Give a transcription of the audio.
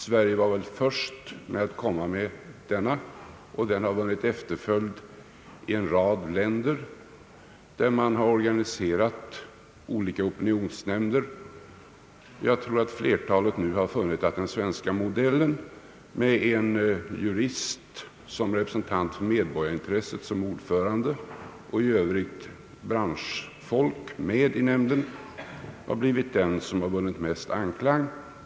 Sverige var väl först med att in rätta en sådan institution som Pressens opinionsnämnd, och vårt exempel har sedan vunnit efterföljd i en rad länder, där man organiserat olika opinionsnämnder. Jag tror att flertalet av dessa andra länder nu funnit, att den svenska modellen, med en jurist som representant för medborgarintresset som ordförande och i övrigt branschfolk med i nämnden, har vunnit mest anklang.